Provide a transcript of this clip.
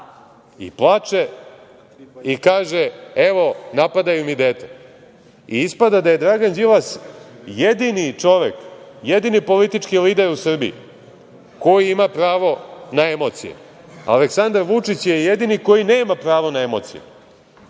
i plače i kaže – evo, napadaju mi dete. Ispada da je Dragan Đilas jedini čovek, jedini politički lider u Srbiji koji ima pravo na emocije. Aleksandar Vučić je jedini koji nema pravo na emocije.